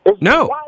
No